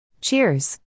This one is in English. Cheers